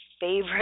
favorite